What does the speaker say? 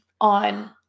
on